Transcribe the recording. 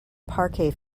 parquet